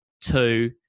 two